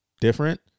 Different